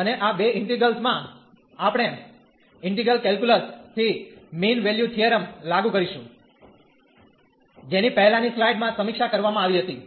અને આ બે ઇન્ટિગ્રેલ્સ માં આપણે ઇન્ટિગલ કેલ્ક્યુલસ થી મીન વેલ્યુ થીયરમ લાગુ કરીશું જેની પહેલાંની સ્લાઇડ માં સમીક્ષા કરવામાં આવી હતી